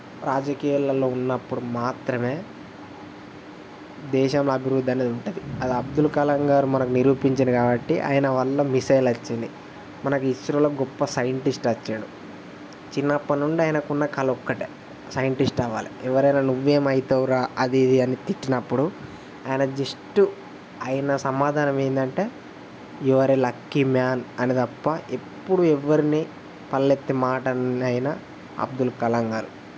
రాజకీయాలలో ఉన్నప్పుడు మాత్రమే దేశం అభివృద్ధి అనేది ఉంటుంది అది అబ్దుల్ కలాం గారు మనకి నిరూపించారు కాబట్టి ఆయన వల్ల మిస్సైల్ వచ్చింది మనకి ఇస్రోలో గొప్ప సైంటిస్ట్ వచ్చాడు చిన్నప్పటి నుండి ఆయనకు ఉన్న కల ఒక్కటే సైంటిస్ట్ అవ్వాలి ఎవరైనా నువ్వేమి అవుతావురా అది ఇది అని తిట్టినప్పుడు ఆయన జస్ట్ ఆయన సమాధానం ఏంటంటే you are a lucky man అని తప్ప ఎప్పుడూ ఎవరినీ పల్లెత్తు మాట అనలేదు ఆయన అబ్దుల్ కలాం గారు